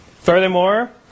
Furthermore